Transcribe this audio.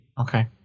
Okay